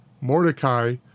Mordecai